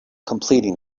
completing